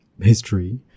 history